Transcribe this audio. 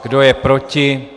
Kdo je proti?